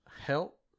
help